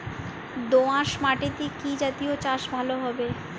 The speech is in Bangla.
দোয়াশ মাটিতে কি জাতীয় চাষ ভালো হবে?